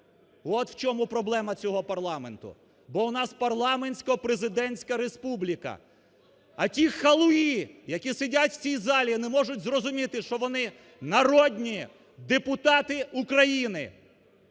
От в чому проблема цього парламенту. Бо у нас парламентсько-президентська республіка. А ті холуї, які сидять в цій залі і не можуть зрозуміти, що вони – народні депутати України,